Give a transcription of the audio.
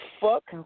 Fuck